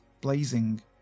blazing